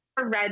red